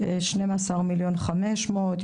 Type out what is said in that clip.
12,500,000,